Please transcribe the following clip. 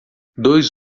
dois